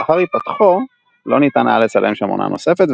לאחר היפתחו לא ניתן היה לצלם שם עונה נוספת,